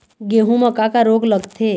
गेहूं म का का रोग लगथे?